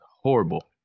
Horrible